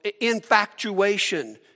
infatuation